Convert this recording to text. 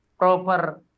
proper